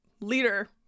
leader